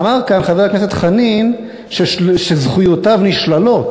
אמר כאן חבר הכנסת חנין שזכויותיו נשללות.